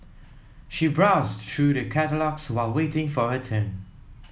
she browsed through the catalogues while waiting for her turn